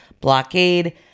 blockade